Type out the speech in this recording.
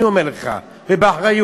אני אומר לך, זה באחריות.